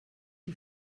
die